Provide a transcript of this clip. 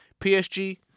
PSG